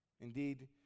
indeed